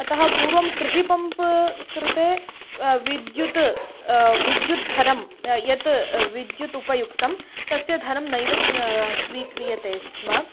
अतः पूर्वं कृषिपम्प् कृते विद्युत् विद्युत् धनं यत् विद्युत् उपयुक्तं तस्य धनं नैव स्वीक्रियते स्म